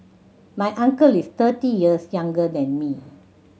my uncle is thirty years younger than me